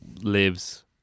lives